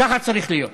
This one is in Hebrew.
ככה צריך להיות.